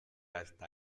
hasta